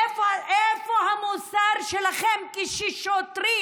איפה המוסר שלכם כששוטרים